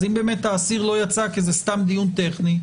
אז אם האסיר לא יצא כי זה סתם דיון טכני,